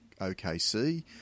OKC